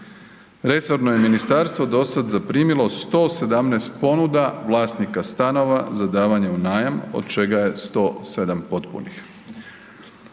Resorno je ministarstvo do sada zaprimilo 117 ponuda vlasnika stanova za davanje u najam od čega je 107 potpunih.